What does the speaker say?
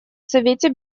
совете